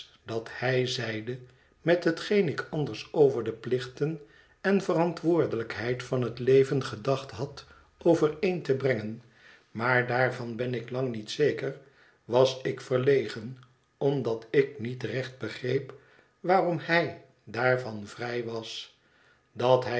dat hij zeide met hetgeen ik anders over de plichten en de verantwoordelijkheid van het leven gedacht had overeen te brengen maar daarvan ben ik lang niet zeker was ik verlegen omdat ik niet recht begreep waarom hij daarvan vrij was dat hij